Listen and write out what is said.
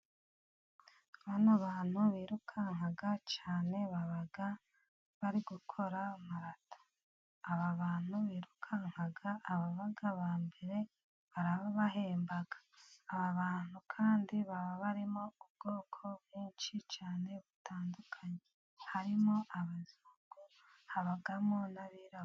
Bano bantu birukanka cyane baba bari gukora marato. Aba bantu birukanka ababa abambere barabahemba, aba bantu kandi baba barimo ubwoko bwinshi cyane butandukanye, harimo abazungu, habamo n'abirabura.